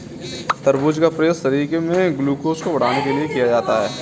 तरबूज का प्रयोग शरीर में ग्लूकोज़ को बढ़ाने के लिए किया जाता है